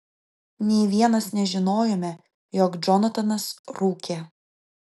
nė vienas nežinojome jog džonatanas rūkė